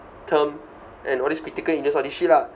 term and all this critical illness all this shit lah